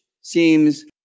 seems